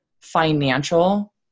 financial